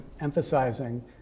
emphasizing